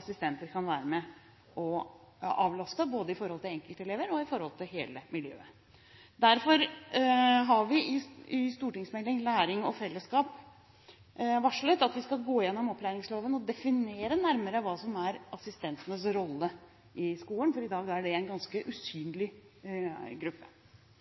Assistenter kan være med på å avlaste med hensyn til både enkeltelever og hele miljøet. Derfor har vi i stortingsmeldingen, Læring og fellesskap, varslet at vi skal gå gjennom opplæringsloven og definere nærmere hva som er assistentenes rolle i skolen, for i dag er det en ganske